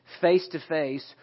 face-to-face